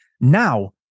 now